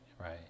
right